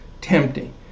tempting